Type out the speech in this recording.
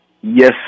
Yes